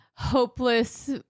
hopeless